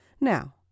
Now